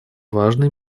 важной